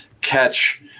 catch